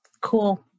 cool